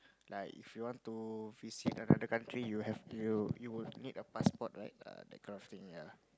like if you want to visit another country you have you will you'll need a passport right that kind of thing yea